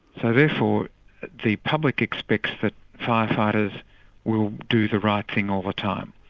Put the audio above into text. so therefore the public expects that firefighters will do the right thing all the time.